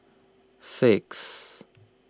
six